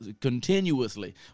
continuously